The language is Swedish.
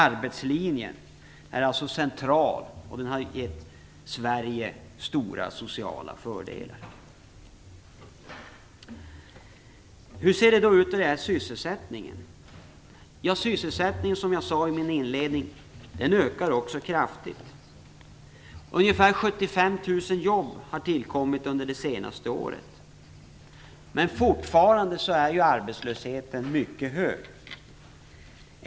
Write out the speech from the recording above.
Arbetslinjen är alltså central, och den har gett Sverige stora sociala fördelar. Hur ser det då ut då det gäller sysselsättningen? Som jag sade inledningsvis så ökar sysselsättningen kraftigt. Ungefär 75 000 jobb har tillkommit under det senaste året, men fortfarande är arbetslösheten mycket hög.